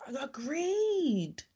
agreed